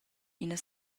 ina